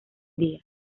día